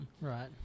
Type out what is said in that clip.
right